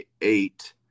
eight